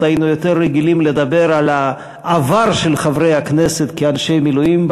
היינו יותר רגילים לדבר על העבר של חברי הכנסת כאנשי מילואים.